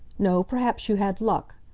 no, perhaps you had luck.